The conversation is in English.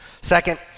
Second